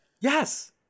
Yes